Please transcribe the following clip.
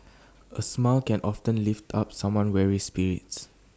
A smile can often lift up someone weary spirit